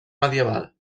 medieval